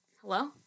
Hello